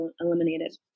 eliminated